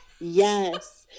yes